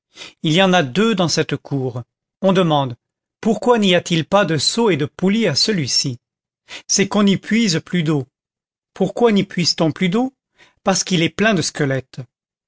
il y en a deux dans cette cour on demande pourquoi n'y a-t-il pas de seau et de poulie à celui-ci c'est qu'on n'y puise plus d'eau pourquoi n'y puise t on plus d'eau parce qu'il est plein de squelettes